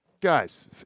guys